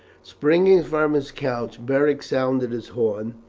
springing from his couch beric sounded his horn,